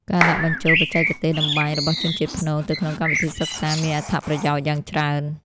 ការដាក់បញ្ចូលបច្ចេកទេសតម្បាញរបស់ជនជាតិព្នងទៅក្នុងកម្មវិធីសិក្សាមានអត្ថប្រយោជន៍យ៉ាងច្រើន។